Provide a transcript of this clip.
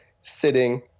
sitting